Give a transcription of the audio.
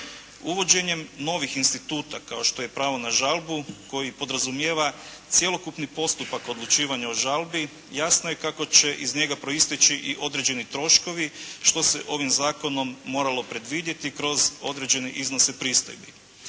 Uvođenjem novih instituta kao što je pravo na žalbu koji podrazumijeva cjelokupni postupak odlučivanja o žalbi jasno je kako će iz njega proisteći i određeni troškovi što se ovim zakonom moralo predvidjeti kroz određene iznose pristojbi.